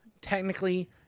technically